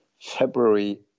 February